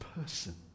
person